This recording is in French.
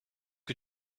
que